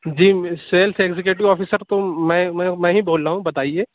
جی میں sales executive officer تو میں میں میں ہی بول رہا ہوں بتائیے